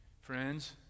Friends